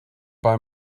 bei